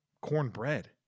Cornbread